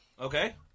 okay